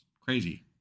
crazy